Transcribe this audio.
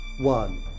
One